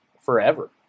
forever